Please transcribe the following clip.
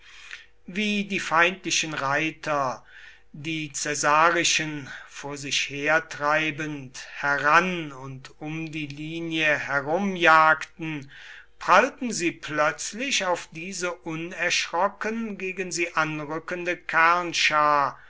wie die feindlichen reiter die caesarischen vor sich hertreibend heran und um die linie herum jagten prallten sie plötzlich auf diese unerschrocken gegen sie anrückende